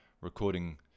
recording